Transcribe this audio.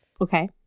Okay